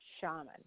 shaman